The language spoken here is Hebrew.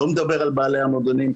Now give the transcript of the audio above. לא מדבר על בעלי המועדונים,